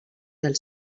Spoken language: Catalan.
del